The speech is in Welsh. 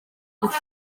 ddydd